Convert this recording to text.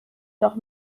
doch